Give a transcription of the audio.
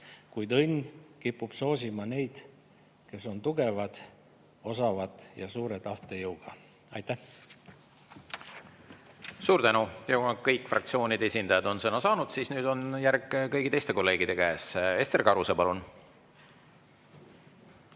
kuid õnn kipub soosima neid, kes on tugevad, osavad ja suure tahtejõuga. Aitäh! Suur tänu! Kuna kõik fraktsioonide esindajad on sõna saanud, siis nüüd on järg kõigi teiste kolleegide käest. Ester Karuse, palun!